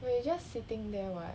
wait it's just sitting there [what]